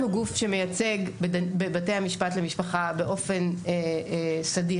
אנחנו גוף שמייצג בבתי המשפט למשפחה באופן סדיר,